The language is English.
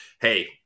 hey